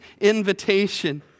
invitation